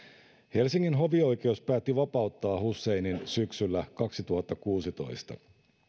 helsingin hovioikeus päätti vapauttaa husseinin syksyllä kaksituhattakuusitoista